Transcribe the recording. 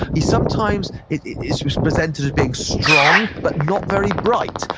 he sometimes is represented as being strong, but not very bright.